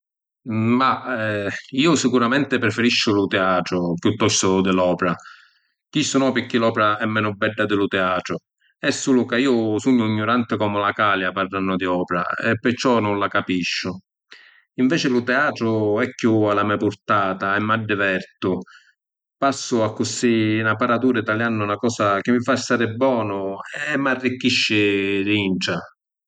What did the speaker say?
Mah… Iu sicuramenti preferisciu lu teatru chiuttostu di l’opra. Chistu no pirchì l’opra è menu bedda di lu teatru. E’ sulu ca iu sugnu ‘gnuranti comu la càlia parrannu di opra e perciò nun la capisciu. Inveci lu teatru è chiù a la me’ purtata e m’addivertu, passu accussì na para d’uri taliànnu na cosa chi mi fa stari bonu e m’arricchisci dintra.